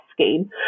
scheme